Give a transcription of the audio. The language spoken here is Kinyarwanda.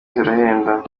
zirahenda